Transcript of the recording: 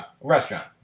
restaurant